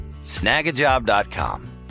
Snagajob.com